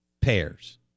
pairs